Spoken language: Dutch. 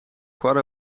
kwart